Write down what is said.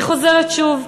והיא חוזרת שוב,